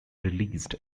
released